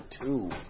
two